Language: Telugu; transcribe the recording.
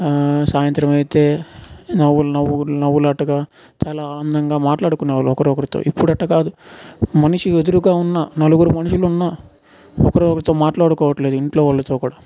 సాయంత్రమైతే నవ్వులు నవ్వునవ్వులాటగా చాలా అందంగా మాట్లాడుకునే వాళ్ళు ఒకరొకరితో ఇప్పుడట్టా కాదు మనిషి ఎదురుగా ఉన్న నలుగురు మనుషులున్న ఒకరొకరితో మాట్లాడకోవట్లేదు ఇంట్లో వాళ్ళతో కూడ